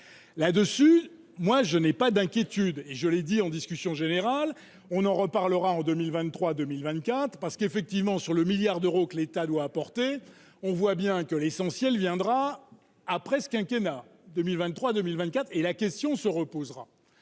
là-dessus, moi je n'ai pas d'inquiétude, et je l'ai dit en discussion générale, on en reparlera en 2023 2024 parce qu'effectivement, sur le milliard d'euros que l'État doit apporter, on voit bien que l'essentiel viendra après ce quinquennat 2023 2024 et la question se reposera